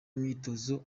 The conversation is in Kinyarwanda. imyitozo